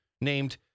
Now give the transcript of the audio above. named